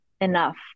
enough